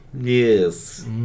Yes